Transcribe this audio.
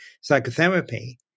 psychotherapy